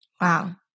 Wow